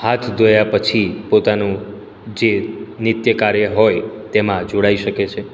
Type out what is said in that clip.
હાથ ધોયા પછી પોતાનું જે નિત્યકાર્ય હોય તેમાં જોડાઈ શકે છે